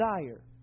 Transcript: desire